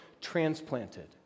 transplanted